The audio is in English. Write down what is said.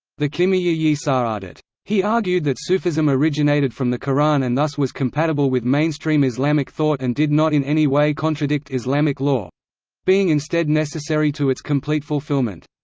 the kimiya-yi sa'adat. he argued that sufism originated from the qur'an and thus was compatible with mainstream islamic thought and did not in any way contradict islamic law being instead necessary to its complete fulfillment.